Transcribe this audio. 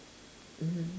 mmhmm